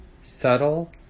subtle